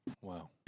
Wow